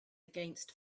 against